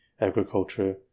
agriculture